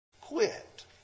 quit